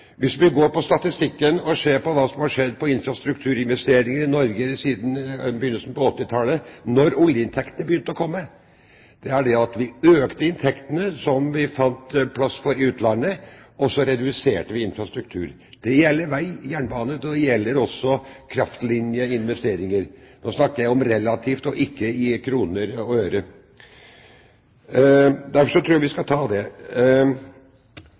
Hvis vi går til statistikken, ser vi hva som har skjedd innen infrastrukturinvesteringer i Norge siden begynnelsen av 1980-tallet, da oljeinntektene begynte å komme: Vi økte inntektene, som vi fant en plass for i utlandet, og så reduserte vi infrastrukturen. Det gjelder vei og jernbane, og det gjelder også kraftlinjeinvesteringer. Nå snakker jeg relativt sett og ikke i kroner og øre. Derfor tror jeg vi skal ta det.